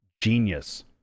genius